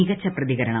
മികച്ച പ്രതികരണം